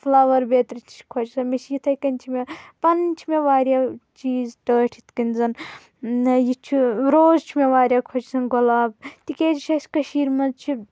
flower بیٚترِ تہِ چھِ خۄش گژھان یِتھے کَنۍ چھِ مےٚ پَنُن چھِ مےٚ واریاہ چیٖز ٹٲٹھ یِتھ کَنۍ زَن نہ یہِ چھِ روز چھِ مےٚ واریاہ خۄش گژھان گۄلاب تِکیٛازِ یہِ چھِ اَسہِ کٔشیٖرِ منٛز چھِ